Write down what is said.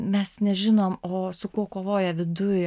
mes nežinom o su kuo kovoja viduj